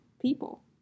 people